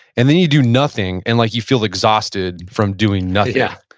and then you do nothing, and like you feel exhausted from doing nothing yeah.